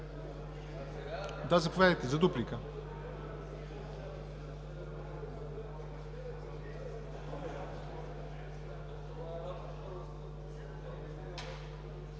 заповядайте за дуплика.